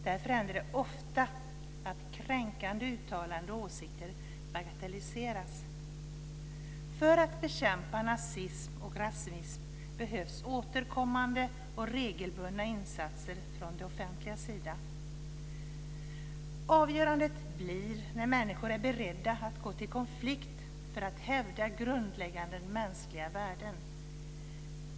Därför händer det ofta att kränkande uttalanden och åsikter bagatelliseras. För att bekämpa nazism och rasism behövs återkommande och regelbundna insatser från det offentligas sida. Avgörandet blir när människor är beredda att gå till konflikt för att hävda grundläggande mänskliga värden.